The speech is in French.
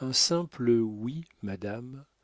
un simple oui madame